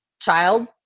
child